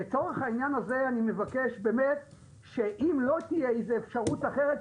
לצורך העניין הזה אני מבקש שאם לא תהיה אפשרות אחרת,